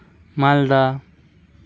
ᱢᱟᱞᱫᱟ